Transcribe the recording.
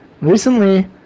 Recently